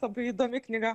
labai įdomi knyga